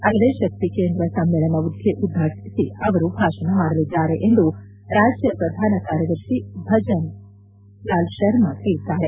ಅಲ್ಲದೆ ಶಕ್ತಿ ಕೇಂದ್ರ ಸಮ್ನೇಳನ ಉದ್ದೇಶಿಸಿ ಭಾಷಣ ಮಾಡಲಿದ್ದಾರೆ ಎಂದು ರಾಜ್ಯ ಪ್ರಧಾನ ಕಾರ್ಯದರ್ಶಿ ಭಜನ್ ಲಾಲ್ ಶರ್ಮಾ ಹೇಳಿದ್ದಾರೆ